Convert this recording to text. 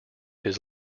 his